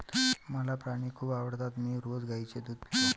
मला प्राणी खूप आवडतात मी रोज गाईचे दूध पितो